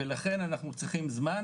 אנחנו צריכים זמן,